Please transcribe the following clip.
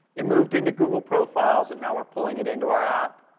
it moved into google profiles, and now we're pulling it into our app,